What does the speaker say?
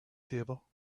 table